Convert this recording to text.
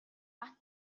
бат